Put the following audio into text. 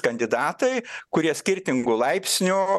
kandidatai kurie skirtingu laipsniu